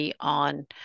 on